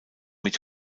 mit